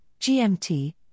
GMT